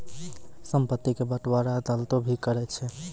संपत्ति के बंटबारा अदालतें भी करै छै